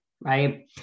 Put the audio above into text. right